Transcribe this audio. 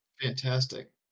fantastic